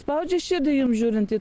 spaudžia širdį jum žiūrint į tokią